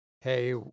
hey